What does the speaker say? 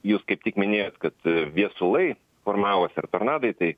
jūs kaip tik minėjot kad viesulai formavosi ar tornadai tai